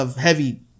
heavy